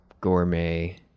gourmet